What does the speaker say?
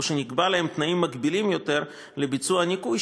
או שנקבע להם תנאים מגבילים יותר לביצוע הניקוי,